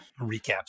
recap